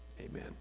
amen